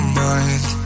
mind